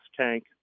tank